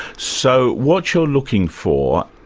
so what you're looking for,